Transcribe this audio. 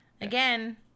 Again